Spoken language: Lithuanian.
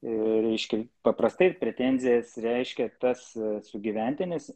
reiškia paprastai pretenzijas reiškia tas sugyventinis